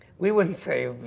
we wouldn't say,